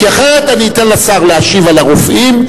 כי אחרת אני אתן לשר להשיב על הרופאים,